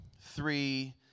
three